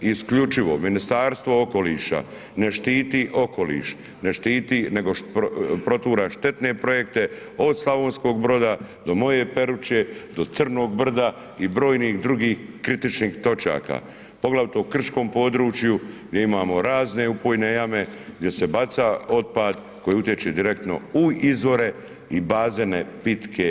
Isključivo Ministarstvo okoliša ne štiti okoliš, ne štiti nego protura štetne projekte od Slavonskog Broda do moje Peruće, do Crnog brda i brojnih drugih kritičnih točaka poglavito u krškom području gdje imamo razne upojne jame, gdje se baca otpad koji utječe direktno u izvore i bazene pitke vode.